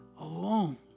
alone